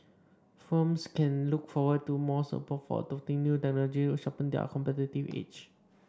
firms can look forward to more support for adopting new technologies to sharpen their competitive edge